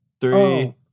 Three